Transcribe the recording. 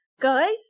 Guys